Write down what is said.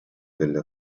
delle